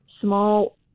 small